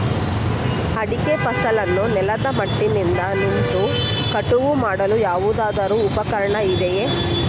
ಅಡಿಕೆ ಫಸಲನ್ನು ನೆಲದ ಮಟ್ಟದಿಂದ ನಿಂತು ಕಟಾವು ಮಾಡಲು ಯಾವುದಾದರು ಉಪಕರಣ ಇದೆಯಾ?